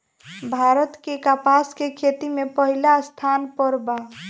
भारत के कपास के खेती में पहिला स्थान पर बा